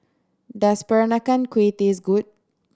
does Peranakan Kueh taste good